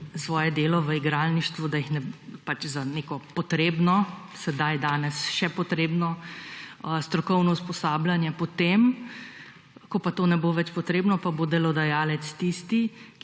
svoje delo v igralništvu za neko potrebno, danes še potrebno strokovno usposabljanje. Potem ko to ne bo več potrebno, pa bo delodajalec tisti,